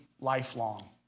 lifelong